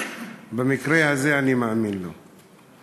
במקרה הזה אני מאמין לו,